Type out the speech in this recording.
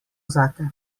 zate